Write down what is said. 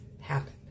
happen